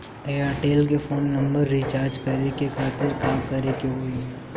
Airtel के phone number recharge करे के खातिर का करे के होई?